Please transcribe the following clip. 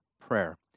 prayer